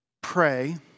pray